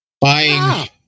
buying